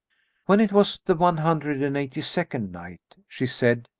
when it was the one hundred and eighty-second night, she said,